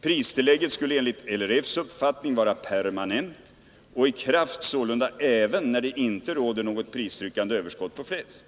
Pristillägget skulle enligt LRF:s uppfattning vara permanent och sålunda i kraft även när det inte råder något pristryckande överskott på fläsk.